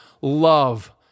love